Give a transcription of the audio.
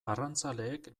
arrantzaleek